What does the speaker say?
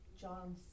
John